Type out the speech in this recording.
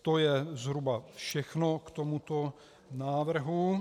To je zhruba všechno k tomuto návrhu.